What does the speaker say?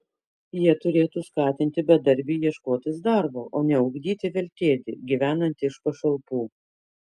jie turėtų skatinti bedarbį ieškotis darbo o ne ugdyti veltėdį gyvenantį iš pašalpų